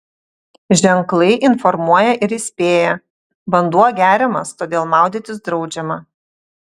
ženklai informuoja ir įspėja vanduo geriamas todėl maudytis draudžiama